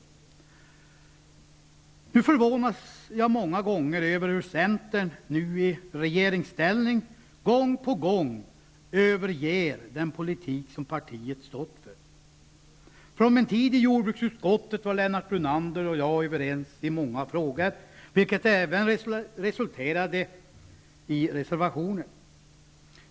Jag förvånas många gånger över hur centern nu i regeringsställning gång på gång överger den politik som partiet stått för. Från min tid i jordbruksutskottet var Lennart Brunander och jag överens i många frågor, vilket även resulterade i reservationer.